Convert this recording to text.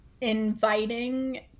inviting